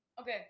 Okay